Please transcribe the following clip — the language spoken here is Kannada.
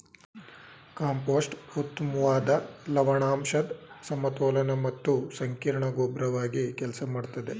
ಕಾಂಪೋಸ್ಟ್ ಉತ್ತಮ್ವಾದ ಲವಣಾಂಶದ್ ಸಮತೋಲನ ಮತ್ತು ಸಂಕೀರ್ಣ ಗೊಬ್ರವಾಗಿ ಕೆಲ್ಸ ಮಾಡ್ತದೆ